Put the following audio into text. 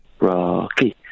Rocky